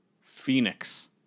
Phoenix